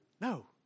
No